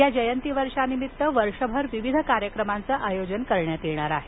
या जयंतीवर्षानिमित्त वर्षभर विविध कार्यक्रमांचे आयोजन करण्यात येणार आहे